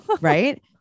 Right